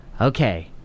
Okay